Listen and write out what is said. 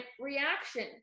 reaction